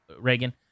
Reagan